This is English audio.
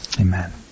Amen